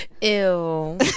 Ew